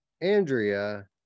Andrea